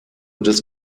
des